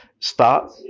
start